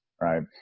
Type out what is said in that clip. right